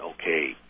okay